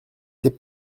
ses